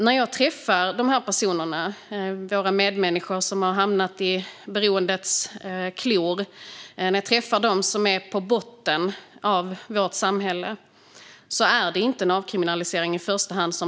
När jag träffar de här personerna, våra medmänniskor som har hamnat i beroendets klor, som är på botten av vårt samhälle, är det inte i första hand en avkriminalisering de förespråkar.